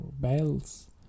bells